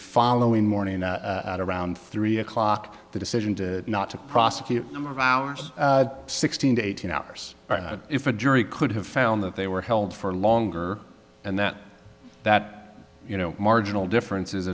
following morning at around three o'clock the decision to not to prosecute number of hours sixteen to eighteen hours if a jury could have found that they were held for longer and that that you know marginal difference